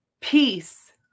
peace